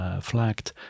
flagged